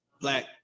black